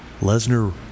Lesnar